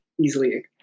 easily